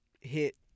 hit